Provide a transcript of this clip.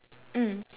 mm